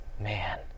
man